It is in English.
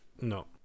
no